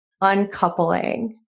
uncoupling